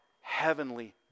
heavenly